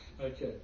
Okay